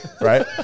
Right